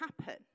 happen